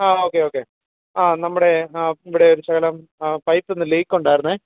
ആ okay okay ആ നമ്മുടെ ഇവിടെ ഒരു ശകലം പൈപൊന്നു ലീക്ക് ഉണ്ടായിരുന്നു